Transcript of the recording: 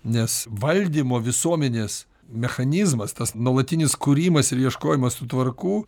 nes valdymo visuomenės mechanizmas tas nuolatinis kūrimas ir ieškojimas tų tvarkų